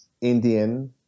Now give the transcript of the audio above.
Indian